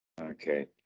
Okay